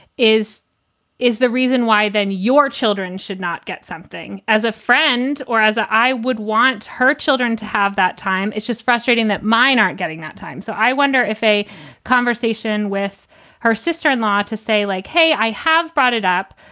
is is the reason why then your children should not get something as a friend or as i would want her children to have that time. it's just frustrating that mine aren't getting that time. so i wonder if a conversation with her sister in law to say, like, hey, i have brought it up,